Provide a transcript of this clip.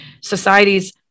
Societies